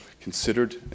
considered